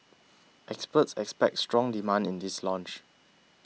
experts expect strong demand in this launch